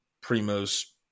Primo's